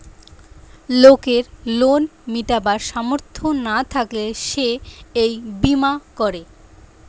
লোকের লোন মিটাবার সামর্থ না থাকলে সে এই বীমা করে